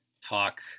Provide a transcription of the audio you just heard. talk